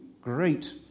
great